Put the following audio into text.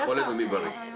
מי חולה ומי בריא.